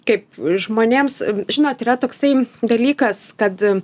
kaip žmonėms žinot yra toksai dalykas kad